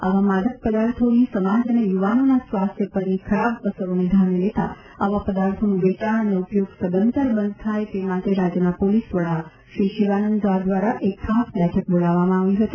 આવા માદક પદાર્થોની સમાજ અને યુવાનોના સ્વાસ્થ્ય પરની ખરાબ અસરોને ધ્યાને લેતા આવા પદાર્થોનું વેચાણ અને ઉપયોગ સદંતર બંધ થાય તે માટે રાજયના પોલીસ વડા શ્રી શિવાનંદ ઝા દ્વારા એક ખાસ બેઠક બોલાવાવમાં આવી હતી